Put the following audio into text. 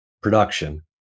production